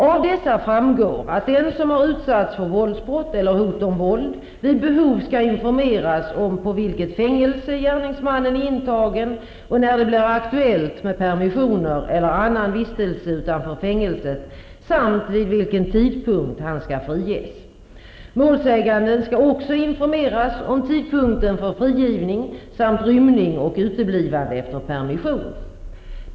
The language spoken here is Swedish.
Av dessa framgår att den som har utsatts för våldsbrott eller hot om våld vid behov skall informeras om på vilket fängelse gärningsmannen är intagen och när det blir aktuellt med permissioner eller annan vistelse utanför fängelset samt vid vilken tidpunkt han skall friges. Målsäganden skall också informeras om tidpunkten för frigivning samt om rymning och uteblivande efter permission.